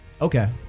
Okay